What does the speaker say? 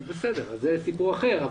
זה סיפור אחר.